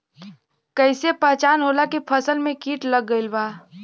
कैसे पहचान होला की फसल में कीट लग गईल बा?